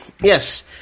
yes